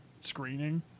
screening